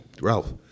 Ralph